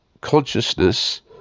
consciousness